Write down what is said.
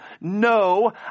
no